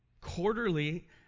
quarterly